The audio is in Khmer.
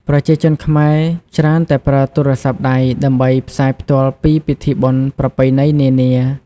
ប្រជាជនខ្មែរច្រើនតែប្រើទូរស័ព្ទដៃដើម្បីផ្សាយផ្ទាល់ ពីពិធីបុណ្យប្រពៃណីនានា។